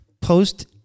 post